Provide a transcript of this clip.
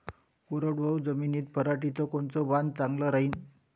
कोरडवाहू जमीनीत पऱ्हाटीचं कोनतं वान चांगलं रायीन?